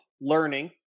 learning